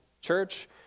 church